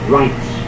rights